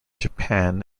japan